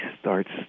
starts